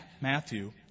Matthew